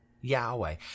Yahweh